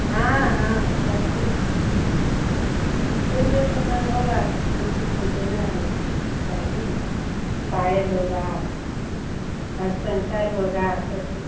हाँ हाँ सब कुछ लेना है जो जो समान होगा बेटी को देना है तो चाहिए न पायल होगा हार सिंगार होगा सब कुछ